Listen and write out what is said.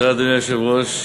אדוני היושב-ראש,